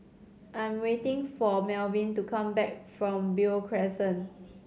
I'm waiting for Melvin to come back from Beo Crescent